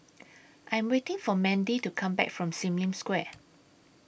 I Am waiting For Mandi to Come Back from SIM Lim Square